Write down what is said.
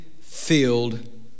filled